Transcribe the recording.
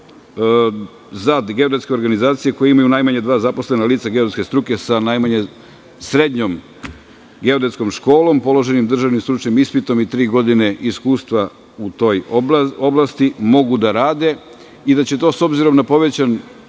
za geodetske organizacije koje imaju najmanje dva zaposlena lica geodetske struke, sa najmanje srednjom geodetskom školom, položenim državnim stručnim ispitom i tri godine iskustva u toj oblasti, mogu da radi i da će to s obzirom na povećan